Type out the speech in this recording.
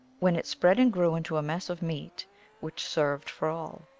when it spread and grew into a mess of meat which served for all.